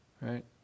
Right